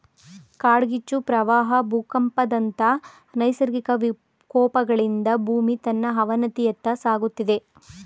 ಕಾಡ್ಗಿಚ್ಚು, ಪ್ರವಾಹ ಭೂಕಂಪದಂತ ನೈಸರ್ಗಿಕ ವಿಕೋಪಗಳಿಂದ ಭೂಮಿ ತನ್ನ ಅವನತಿಯತ್ತ ಸಾಗುತ್ತಿದೆ